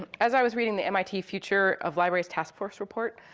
as i was reading the mit future of libraries taskforce report,